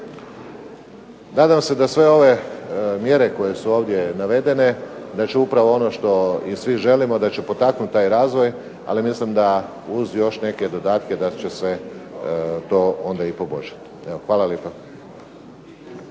Nadam se da sve ove mjere koje su ovdje navedene da će upravo ono što i svi želimo, da će potaknuti taj razvoj, ali mislim da uz još neke dodatke da će se to poboljšati. Hvala lijepo.